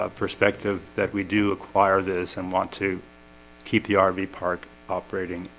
ah perspective that we do acquire this and want to keep the ah rv park operating.